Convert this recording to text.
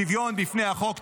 -- שוויון בפני החוק.